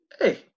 Hey